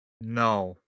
No